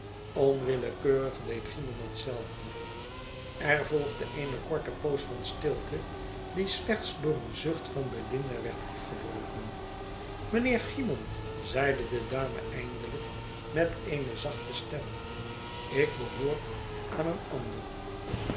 onwillekeurig deed cymon hetzelfde er volgde eene korte poos van stilte die slechts door een zucht van belinda werd afgebroken mijnheer cymon zeide de dame eindelijk met eene zachte stem u ik behoor aan een ander